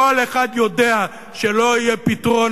כל אחד יודע שלא יהיה פתרון,